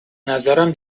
نظرم